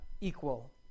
equal